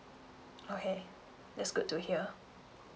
okay that's good to hear